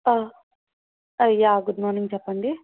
yeah good morning చెప్పండి